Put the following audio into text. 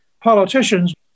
politicians